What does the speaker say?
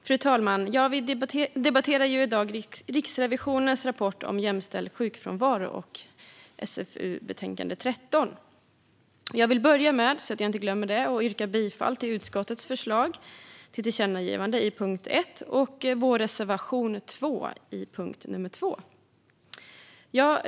Fru talman! Vi debatterar i dag Riksrevisionens rapport om jämställd sjukfrånvaro och SfU13. Jag vill börja med att yrka bifall till utskottets förslag till tillkännagivande under punkt 1 och vår reservation 2 under punkt 2.